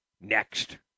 next